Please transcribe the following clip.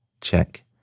Check